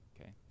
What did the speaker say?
Okay